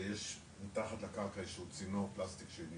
שיש מתחת לקרקע איזה שהוא צינור פלסטיק שנתקע,